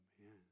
Amen